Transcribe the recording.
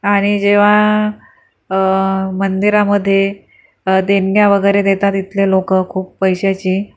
आणि जेव्हा मंदिरामध्ये देणग्या वगैरे देतात इथले लोकं खूप पैशाची